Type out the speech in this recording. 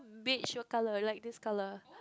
beige what color like this color